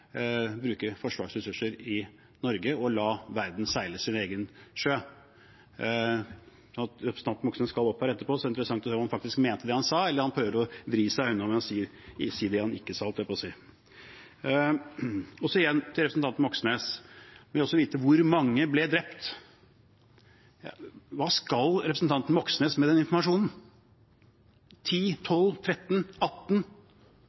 bruke forsvarsressurser i, Norge, og la verden seile sin egen sjø. Representanten Moxnes skal opp på talerstolen etterpå, og det skal bli interessant å høre om han faktisk mente det han sa, eller om han prøver å vri seg unna ved å si det han ikke sa – holdt jeg på å si. Igjen til representanten Moxnes, som også vil vite hvor mange som ble drept: Hva skal representanten Moxnes med den informasjonen – 10, 12, 13 eller 18?